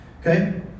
Okay